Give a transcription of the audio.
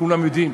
כולם יודעים.